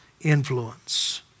influence